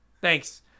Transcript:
Thanks